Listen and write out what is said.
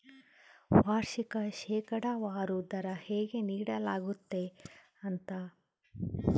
ವಾರ್ಷಿಕ ಶೇಕಡಾವಾರು ದರ ಹೇಗೆ ನೀಡಲಾಗ್ತತೆ ಎಂದೇ ಕಾರ್ಡ್ ಒಳಗ ಮಾಹಿತಿ ನೀಡಿರ್ತರ